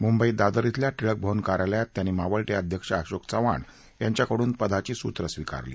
मुंबईत दादर अल्या टिळक भवन कार्यालयात त्यांनी मावळते अध्यक्ष अशोक चव्हाण यांच्याकडून पदाची सूत्रे स्वीकारली